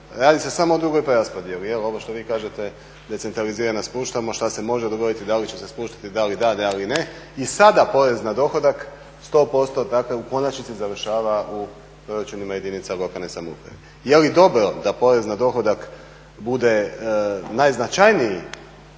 radi se samo o drugoj preraspodijeli. Je li ovo što vi kažete, decentralizirana spuštamo, što se može dogoditi, da li će se spustiti, da li da, da li ne. I sada porez na dohodak, 100%, dakle u konačnici završava u proračunima jedinica lokalne samouprave. Je li dobro da porez na dohodak bude najznačajniji